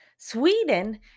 Sweden